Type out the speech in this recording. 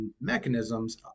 mechanisms